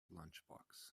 lunchbox